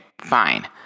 Fine